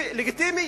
לגיטימי,